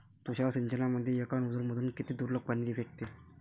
तुषार सिंचनमंदी एका नोजल मधून किती दुरलोक पाणी फेकते?